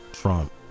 Trump